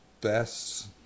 best